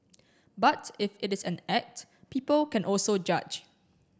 but if it is an act people can also judge